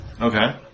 Okay